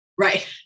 Right